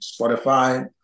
Spotify